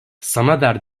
sanader